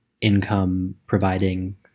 income-providing